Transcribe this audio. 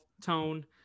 tone